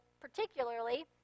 particularly